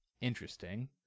interesting